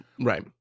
Right